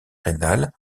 rénale